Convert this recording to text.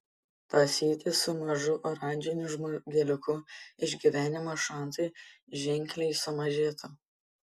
tąsytis su mažu oranžiniu žmogeliuku išgyvenimo šansai ženkliai sumažėtų